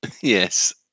Yes